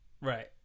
Right